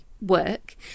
work